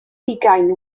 hugain